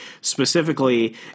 specifically